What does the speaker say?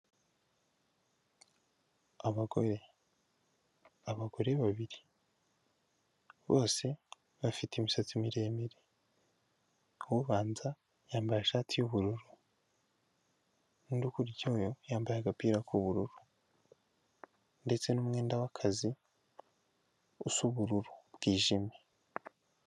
Abagore, abagore babiri bose bafite imisatsi miremire, ubanza yambaye ishati y'ubururu, undi ukurikiraho yambaye agapira k'ubururu ndetse n'umwenda w'akazi usa ubururu bwijimye.